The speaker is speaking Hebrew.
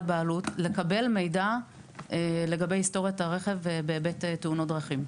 לקבל מידע לגבי היסטוריית הרכב בהיבט של תאונות דרכים.